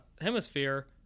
hemisphere